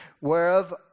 whereof